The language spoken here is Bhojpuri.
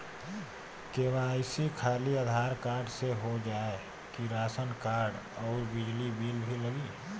के.वाइ.सी खाली आधार कार्ड से हो जाए कि राशन कार्ड अउर बिजली बिल भी लगी?